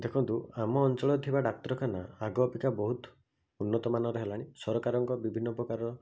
ଦେଖନ୍ତୁ ଆମ ଅଞ୍ଚଳରେ ଥିବା ଡ଼ାକ୍ତରଖାନା ଆଗ ଅପେକ୍ଷା ବହୁତ ଉନ୍ନତ ମାନର ହେଲାଣି ସରକାରଙ୍କ ବିଭିନ୍ନ ପ୍ରକାର